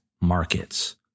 markets